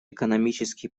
экономические